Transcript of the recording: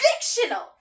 Fictional